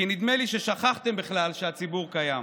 כי נדמה לי ששכחתם בכלל שהציבור קיים: